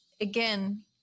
again